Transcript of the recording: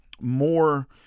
more